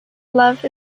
love